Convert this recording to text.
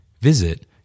Visit